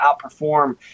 outperform